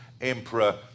emperor